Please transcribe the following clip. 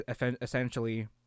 essentially